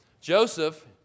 Joseph